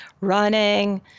running